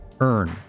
earn